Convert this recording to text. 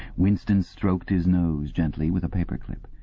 winston stroked his nose gently with a paper-clip.